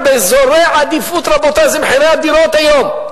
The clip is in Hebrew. באזורי עדיפות, רבותי, זה מחיר הדירות היום.